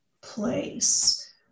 place